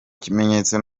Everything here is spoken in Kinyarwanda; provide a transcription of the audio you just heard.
kimenyetso